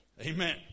Amen